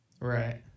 Right